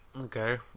okay